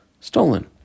Stolen